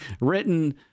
written